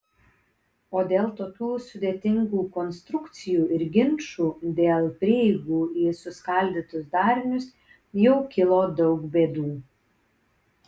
o dėl tokių sudėtingų konstrukcijų ir ginčų dėl prieigų į suskaldytus darinius jau kilo daug bėdų